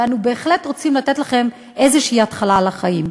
ואנו בהחלט רוצים לתת לכם איזושהי התחלה לחיים.